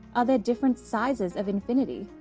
are there different sizes of infinity?